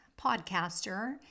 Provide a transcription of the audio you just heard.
podcaster